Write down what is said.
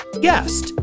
guest